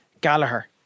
Gallagher